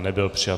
Nebyl přijat.